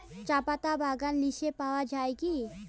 চাপাতা বাগান লিস্টে পাওয়া যায় কি?